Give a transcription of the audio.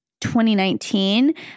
2019